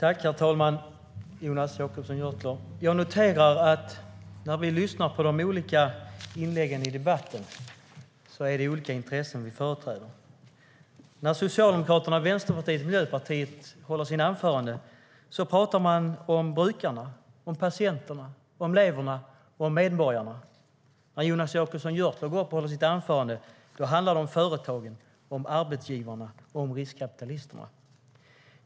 Herr talman! När jag lyssnar på de olika inläggen i den här debatten noterar jag att det är olika intressen vi företräder. När Socialdemokraterna, Vänsterpartiet och Miljöpartiet håller sina anföranden talar man om brukarna, patienterna och eleverna - om medborgarna. När Jonas Jacobsson Gjörtler går upp och håller sitt anförande handlar det om företagen, arbetsgivarna och riskkapitalisterna.